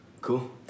Cool